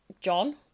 John